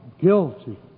Guilty